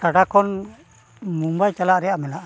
ᱴᱟᱴᱟ ᱠᱷᱚᱱ ᱢᱩᱢᱵᱟᱭ ᱪᱟᱞᱟᱜ ᱨᱮᱭᱟᱜ ᱢᱮᱱᱟᱜᱼᱟ